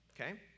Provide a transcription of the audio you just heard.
okay